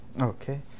okay